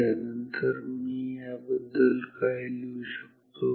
तर त्यानंतर मी याबद्दल काय लिहू शकतो